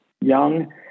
young